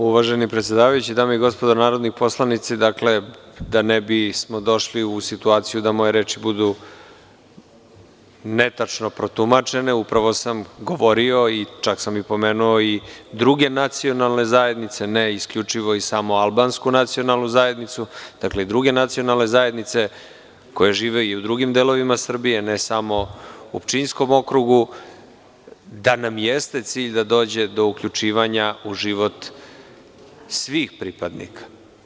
Uvaženi predsedavajući, dame i gospodo narodni poslanici, da ne bismo došli u situaciju da moje reči budu netačno protumačene, upravo sam govorio, čak sam pomenuo i druge nacionalne zajednice, ne isključivo i samo albansku nacionalnu zajednicu, dakle, i druge nacionalne zajednice koje žive u drugim delovima Srbije, ne samo u Pčinjskom okrugu, da nam jeste cilj da dođe do uključivanja svih pripadnika.